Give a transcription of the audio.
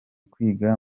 kwiga